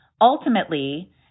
ultimately